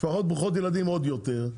משפחות ברוכות ילדים עוד יותר.